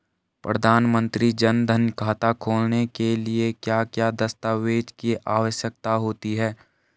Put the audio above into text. प्रधानमंत्री जन धन खाता खोलने के लिए क्या क्या दस्तावेज़ की आवश्यकता होती है?